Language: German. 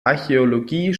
archäologie